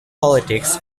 politics